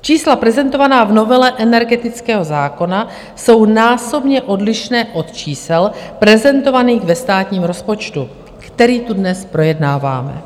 Čísla prezentovaná v novele energetického zákona jsou násobně odlišná od čísel prezentovaných ve státním rozpočtu, který tu dnes projednáváme.